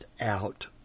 out